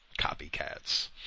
copycats